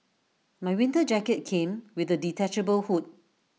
my winter jacket came with A detachable hood